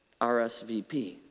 RSVP